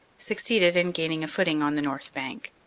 succeeded in gaining a footing on the north bank.